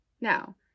Now